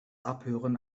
abhören